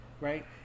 right